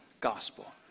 gospel